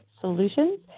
Solutions